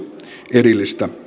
erillistä